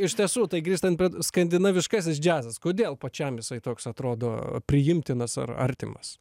iš tiesų tai grįžtant prie skandinaviškasis džiazas kodėl pačiam jisai toks atrodo priimtinas ar artimas